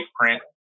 print